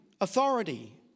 authority